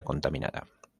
contaminada